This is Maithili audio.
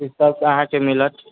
ई सब अहाँके मिलत